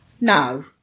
No